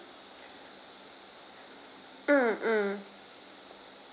um mm